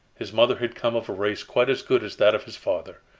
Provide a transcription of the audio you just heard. his mother had come of a race quite as good as that of his father.